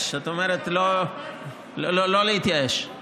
יש, את אומרת, לא להתייאש.